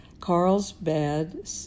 Carlsbad